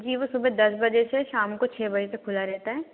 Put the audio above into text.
जी वो सुबह दस बजे से शाम को छः बजे तक खुला रहता है